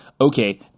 Okay